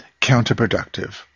counterproductive